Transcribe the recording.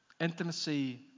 Intimacy